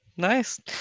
Nice